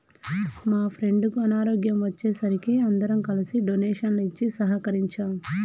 మా ఫ్రెండుకి అనారోగ్యం వచ్చే సరికి అందరం కలిసి డొనేషన్లు ఇచ్చి సహకరించాం